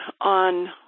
on